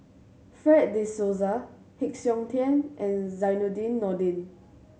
Fred De Souza Heng Siok Tian and Zainudin Nordin